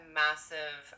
massive